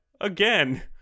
Again